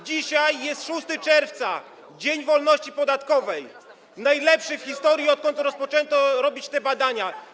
Dzisiaj jest 6 czerwca, Dzień Wolności Podatkowej, najlepszy w historii, odkąd zaczęto robić te badania.